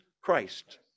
Christ